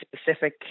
specific